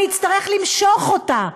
אצטרך למשוך אותה,